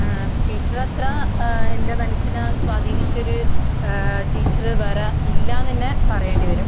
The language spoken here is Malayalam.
ടീച്ചർ അത്ര എൻ്റെ മനസ്സിനെ സ്വാധീനിച്ചൊരു ടീച്ചർ വേറെ ഇല്ല എന്ന് തന്നെ പറയേണ്ടി വരും